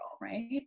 right